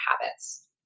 habits